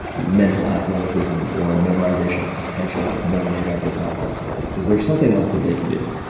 mental athleticism or memorization potential than they've ever thought possible? is there something else that they can do?